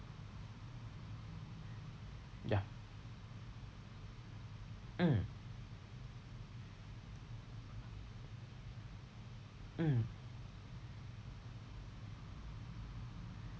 ya mm mm